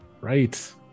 Right